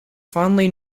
fondly